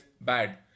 bad